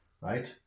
Right